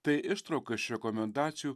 tai ištrauka iš rekomendacijų